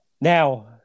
Now